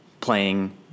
playing